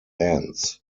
ends